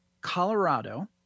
Colorado